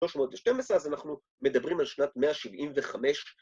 312 אז אנחנו מדברים על שנת 175.